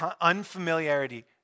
Unfamiliarity